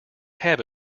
have